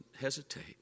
hesitate